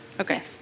Okay